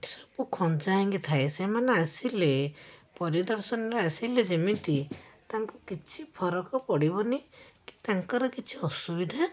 ସବୁ ଖଞ୍ଜା ହେଇକି ଥାଏ ସେମାନେ ଆସିଲେ ପରିଦର୍ଶନରେ ଆସିଲେ ଯେମିତି ତାଙ୍କୁ କିଛି ଫରକ ପଡ଼ିବନି କି ତାଙ୍କର କିଛି ଅସୁବିଧା